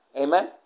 Amen